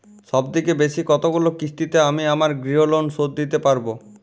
সবথেকে বেশী কতগুলো কিস্তিতে আমি আমার গৃহলোন শোধ দিতে পারব?